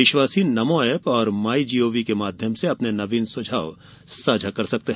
देशवासी नमो ऐप और my gov के माध्यम से अपने नवीन सुझाव साझा कर सकते हैं